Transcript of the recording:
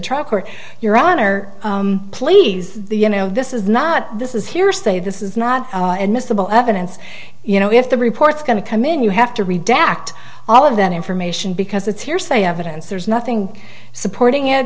trucker your honor please the you know this is not this is hearsay this is not admissible evidence you know if the reports going to come in you have to redact all of that information because it's hearsay evidence there's nothing supporting it